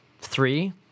Three